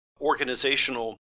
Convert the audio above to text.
organizational